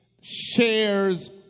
shares